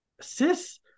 sis